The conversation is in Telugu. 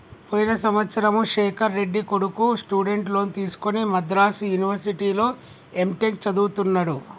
పోయిన సంవత్సరము శేఖర్ రెడ్డి కొడుకు స్టూడెంట్ లోన్ తీసుకుని మద్రాసు యూనివర్సిటీలో ఎంటెక్ చదువుతున్నడు